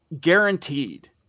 guaranteed